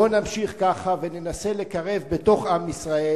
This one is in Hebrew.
בוא ונמשיך ככה וננסה לקרב בתוך עם ישראל,